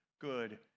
good